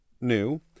new